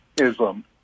Islam